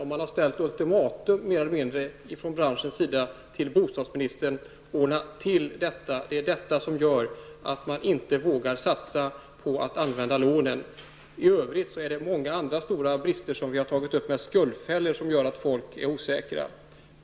Branschen har mer eller mindre ställt ultimatum till bostadsministern: Ordna till detta! Människor vågar inte satsa på att använda lånen. I övrigt är det många andra stora brister som vi har tagit upp, med skuldfällor som gör att folk är osäkra.